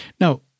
Now